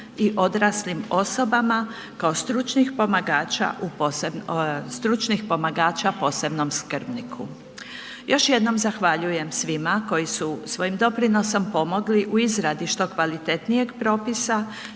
stručnih pomagača u, stručnih pomagača posebnom skrbniku. Još jednom zahvaljujem svima koji su svojim doprinosom pomogli u izradu što kvalitetnijeg propisa